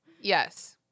yes